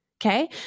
Okay